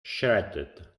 shredded